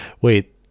Wait